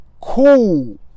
Cool